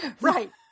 Right